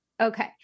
Okay